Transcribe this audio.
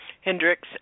Hendricks